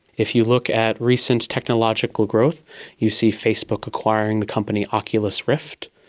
if you look at recent technological growth you see facebook acquiring the company oculus rift,